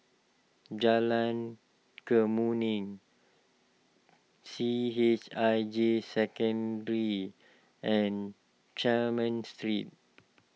Jalan Kemuning C H I J Secondary and Carmen Street